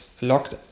locked